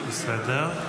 בסדר.